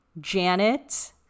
Janet